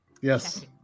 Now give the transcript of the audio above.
yes